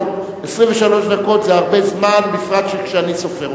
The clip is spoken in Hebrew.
רבותי השרים, רבותי חברי הכנסת, אנחנו עוברים